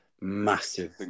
massive